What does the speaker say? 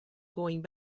going